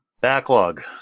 backlog